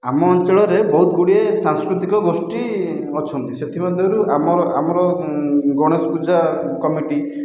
ଆମ ଅଞ୍ଚଳରେ ବହୁତ ଗୁଡ଼ିଏ ସାଂସ୍କୃତିକ ଗୋଷ୍ଠି ଅଛନ୍ତି ସେଥିମଧ୍ୟରୁ ଆମର ଆମର ଗଣେଶ ପୂଜା କମିଟି